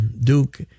Duke